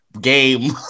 game